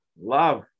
love